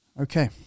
okay